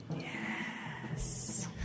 Yes